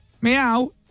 meow